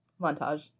Montage